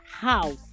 house